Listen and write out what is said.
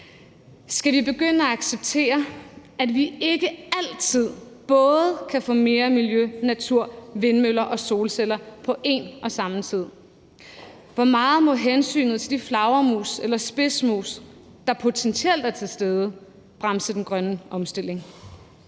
Skal vi begynde at acceptere, at vi ikke altid både kan få mere miljø, natur, vindmøller og solceller på en og samme tid? Hvor meget må hensynet til de flagermus eller spidsmus, der potentielt er til stede, bremse den grønne omstilling?